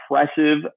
impressive